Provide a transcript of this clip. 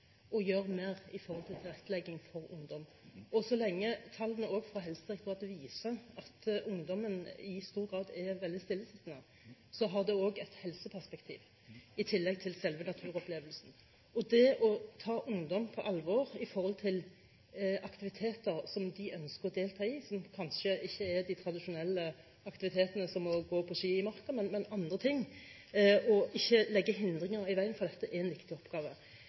gjøre mer når det gjelder tilrettelegging for ungdom. Så lenge tallene fra Helsedirektoratet også viser at ungdommen i stor grad er veldig stillesittende, er det også et helseperspektiv – i tillegg til selve naturopplevelsen. Man må ta ungdom på alvor med hensyn til aktiviteter de ønsker å delta i, aktiviteter som kanskje ikke er de tradisjonelle, som å gå på ski i marka, men andre ting. Det er en viktig oppgave å ikke legge hindringer i veien for dette.